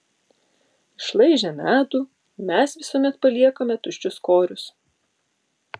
išlaižę medų mes visuomet paliekame tuščius korius